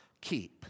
keep